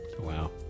wow